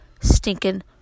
stinking